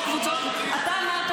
שנשים הן כמו קבוצות ------ לא אמרתי.